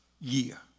year